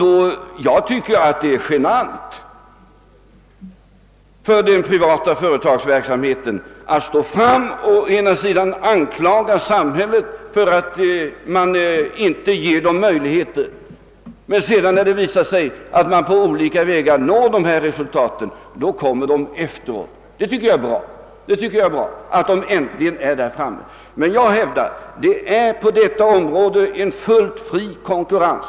Jag tycker att det är genant för de privata företagen att först anklaga samhället för att detta inte ger samma möjligheter till dem som till andra företag och sedan, när det visar sig att dessa på olika vägar kan nå goda resultat, följa efter i spåren. Det är bra att de äntligen håller sig framme, men jag hävdar att det på detta område finns fullt fri konkurrens.